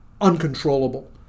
uncontrollable